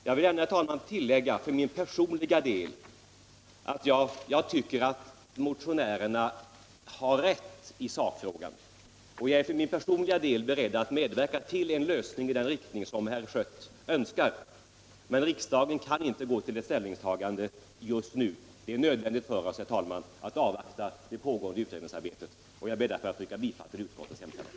Jag vill ändå, herr talman, tillägga för min personliga del att jag tycker att motionärerna har rätt i sakfrågan och att jag är beredd att medverka till en lösning i den riktning som herr Schött önskar. Men riksdagen kan inte gå till ett ställningstagande just nu. Det är nödvändigt för oss, herr talman, att avvakta det pågående utredningsarbetet. Jag ber därför att få yrka bifall till utskottets hemställan.